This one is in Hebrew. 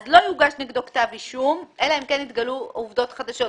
אז לא יוגש נגדו כתב אישום אלא אם כן התגלו עובדות חדשות.